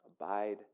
Abide